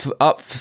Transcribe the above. up